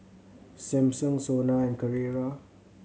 Samsung SONA and Carrera